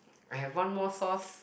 I have one more source